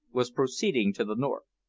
was proceeding to the north.